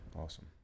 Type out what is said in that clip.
Awesome